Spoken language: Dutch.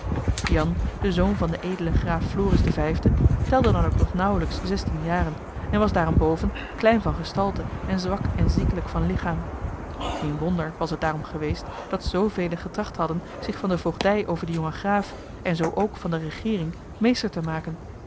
jan de zoon van den edelen graaf floris v telde dan ook nog nauwelijks zestien jaren en was daarenboven klein van gestalte en zwak en ziekelijk van lichaam geen wonder was het daarom geweest dat zoovelen getracht hadden zich van de voogdij over den jongen graaf en zoo ook van de regeering meester te maken